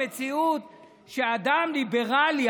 שאדם ליברלי,